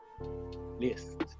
list